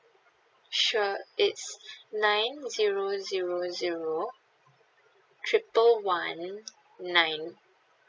sure it's nine zero zero zero triple one nine